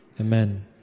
Amen